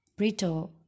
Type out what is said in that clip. Brito